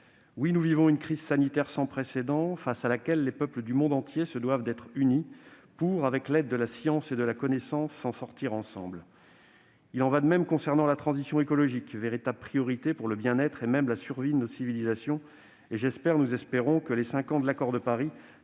Oui, nous vivons une crise sanitaire sans précédent face à laquelle les peuples du monde entier se doivent d'être unis pour s'en sortir ensemble, avec l'aide de la science et de la connaissance. Il en va de même en ce qui concerne la transition écologique, véritable priorité pour le bien-être, et même pour la survie, de nos civilisations. Nous espérons que les cinq ans de l'accord de Paris